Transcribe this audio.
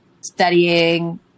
studying